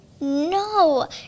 No